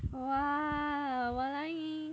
!wah!